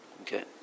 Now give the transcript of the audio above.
Okay